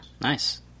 nice